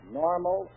normal